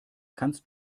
kannst